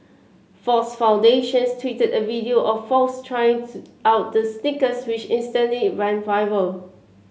Fox Foundations tweeted a video of Fox trying out the sneakers which instantly went viral